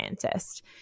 scientist